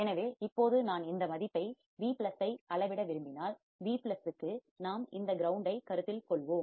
எனவே இப்போது நான் இந்த மதிப்பை V ஐ அளவிட விரும்பினால் V க்கு நாம் இந்த கிரவுண்டை கருத்தில் கொள்வோம்